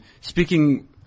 speaking